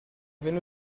viene